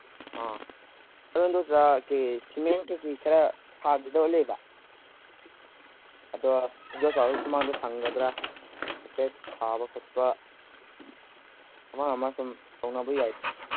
ꯑ ꯑꯣ ꯑꯗꯨ ꯏꯟꯗꯣꯝꯆꯥ ꯁꯤꯃꯦꯟ ꯀꯔꯤ ꯀꯔꯥ ꯈꯔ ꯊꯥꯈꯤꯗꯧꯔꯤꯕ ꯑꯗꯣ ꯏꯟꯗꯣꯆꯥꯍꯣꯏ ꯁꯨꯃꯥꯡꯗꯣ ꯁꯪꯒꯗ꯭ꯔꯥ ꯍꯥꯏꯐꯦꯠ ꯊꯥꯕ ꯈꯣꯠꯄ ꯑꯃ ꯑꯃ ꯁꯨꯝ ꯇꯧꯅꯕ ꯌꯥꯏ